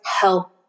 help